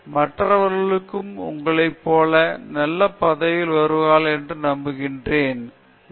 மற்றவர்களும் உங்களை போல நல்ல பதவிகளில் வருவார்கள் என்று நம்புகிறேன் நன்றி